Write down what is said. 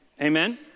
Amen